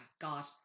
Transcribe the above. God